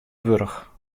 wurdich